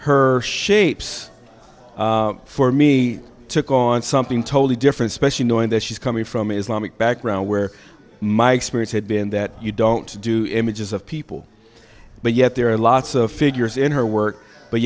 her shapes for me took on something totally different especially knowing that she's coming from islamic background where my experience had been that you don't do images of people but yet there are lots of figures in her work but